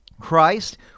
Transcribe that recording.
Christ